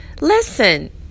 listen